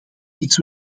iets